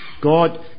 God